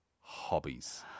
hobbies